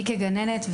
אני כגננת,